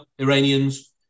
Iranians